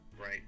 Right